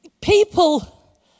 People